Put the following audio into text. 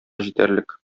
җитәрлек